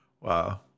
Wow